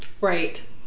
Right